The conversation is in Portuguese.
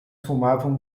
fumavam